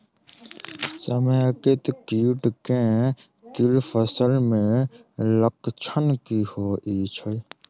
समेकित कीट केँ तिल फसल मे लक्षण की होइ छै?